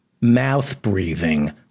mouth-breathing